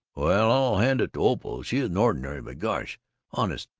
well, i'll hand it to opal she isn't ordinary, but gosh honest,